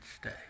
stay